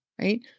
right